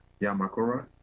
Yamakura